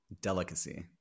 delicacy